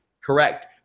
Correct